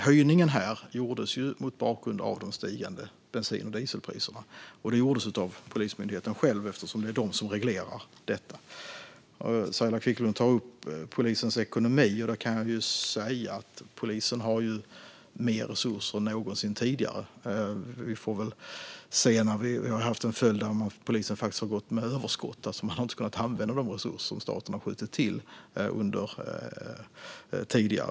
Höjningen här gjordes mot bakgrund av de stigande bensin och dieselpriserna, och den gjordes av Polismyndigheten själv eftersom det är de som reglerar detta. Saila Quicklund tar upp polisens ekonomi, och där kan jag säga att polisen har mer resurser än någonsin tidigare. Det har haft följden att polisen faktiskt har gått med överskott - man har alltså inte kunnat använda de resurser som staten har skjutit till.